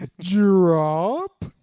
Drop